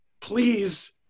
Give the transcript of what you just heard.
please